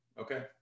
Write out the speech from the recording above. okay